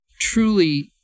truly